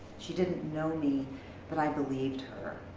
she didn't know me but i believed her.